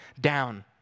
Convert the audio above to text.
down